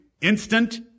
instant